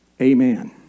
Amen